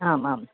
आम् आम्